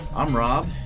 i'm rob,